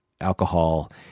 Alcohol